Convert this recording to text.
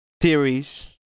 theories